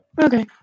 Okay